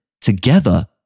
Together